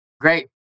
Great